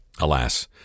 Alas